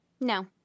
No